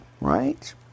right